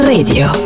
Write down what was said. Radio